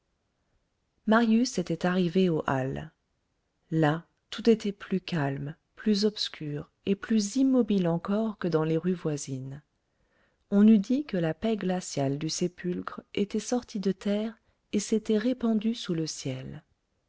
marius était arrivé aux halles là tout était plus calme plus obscur et plus immobile encore que dans les rues voisines on eût dit que la paix glaciale du sépulcre était sortie de terre et s'était répandue sous le ciel